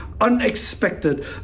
unexpected